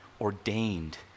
ordained